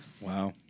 Wow